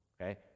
Okay